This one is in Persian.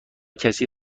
کسی